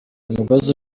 umugozi